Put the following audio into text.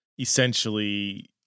Essentially